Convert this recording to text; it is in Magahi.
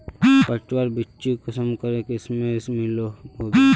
पटवार बिच्ची कुंसम करे किस्मेर मिलोहो होबे?